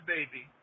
Baby